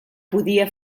podia